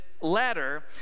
letter